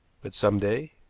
but some day?